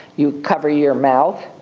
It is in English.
you cover your mouth,